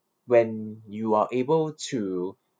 when you are able to